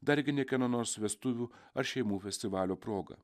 dargi ne kieno nors vestuvių ar šeimų festivalio proga